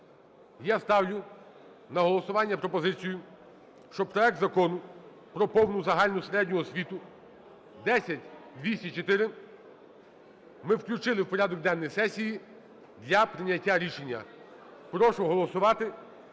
я ставлю на голосування пропозицію, щоб проект Закону про повну загальну середню освіту (10204) ми включили в порядок денний сесії для прийняття рішення. Прошу голосувати